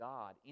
God